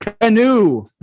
Canoe